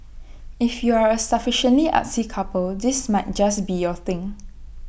if you are A sufficiently artsy couple this might just be your thing